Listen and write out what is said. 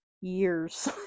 years